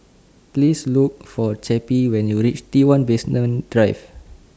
Please Look For Cappie when YOU REACH T one Basement Drive